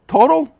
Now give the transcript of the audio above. Total